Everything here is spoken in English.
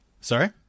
Sorry